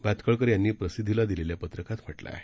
भातखळकर यांनी प्रसिद्धीला दिलेल्या पत्रकात म्हटलं आहे